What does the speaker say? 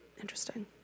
interesting